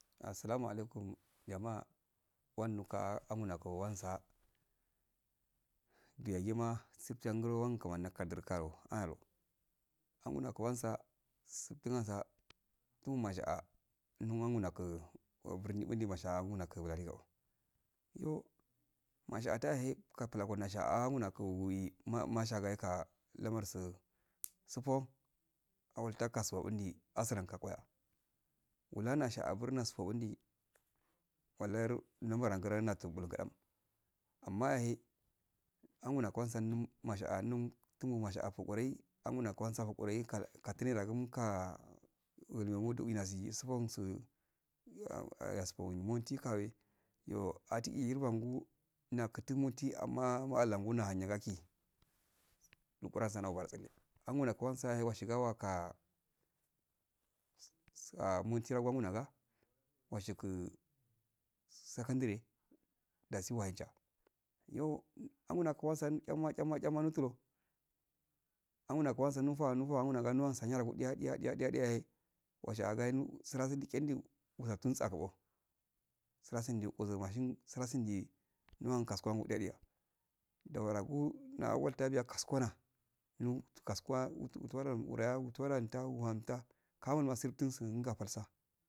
Salamu alaikum jama'a wannuka amunako wansu du yagima tsubtiyangrowan kumani kadurkawo ora angunako wansa sigtun asa tumaja'a tunangu nagu'a burni masha gunaku buladego-o yo masha ata ahe katulaku nasha'a ha aunaku wi ma nasha gaika lamarsu tsupo awl takaso bundi asrukako koya wulan nasha abuwinaso bandi wailaru numbano grasu ngul gadam anima yahe anguina kwasamnum masha annum famu masha afugurai anguna kwanta fuqurai kal katinayeda guuka wulde wenasi gu usufunsei gasfo yin monti kawe yo atihi yibangu nakutin monti amma madangu nahan yagaki luquransu obana tsange anguma kwansa yahe washiga wakaa monti wa wangumaga washiku sakandre dasi wahum cha yo angunaku wasan chamo chamo chama notulo angunawu nowasanu nufa nufa nuhan saniyarogu diya-diya-diya yahe washiya agahenu sitrasun din chendu wastun zadi'o sira sundi uzuramashin sura sudi nahan kasu kwangu diya diya dawarago na walta biya kwakwana no tukas kuwa wutu wuturan wuraya wafuranta wuranha kamulma musufin